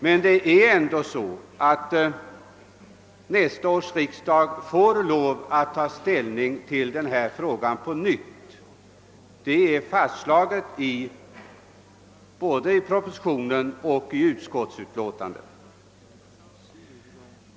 Men det är ändå så, att nästa års riksdag måste ta ställning till denna fråga på nytt, det är fastslaget i både propositionen och utskottsutlåtandet.